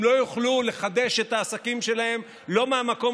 הם לא יוכלו לחדש את העסקים שלהם לא מהמקום